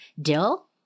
Dill